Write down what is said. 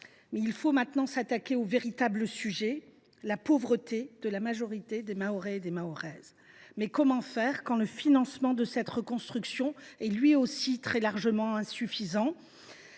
Maintenant, il faut s’attaquer au véritable sujet : la pauvreté de la majorité des Mahoraises et des Mahorais. Mais comment faire quand le financement de cette reconstruction est très largement insuffisant ?